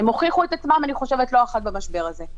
הם הוכיחו את עצמם לא אחת במשבר הזה.